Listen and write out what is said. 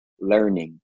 learning